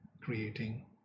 creating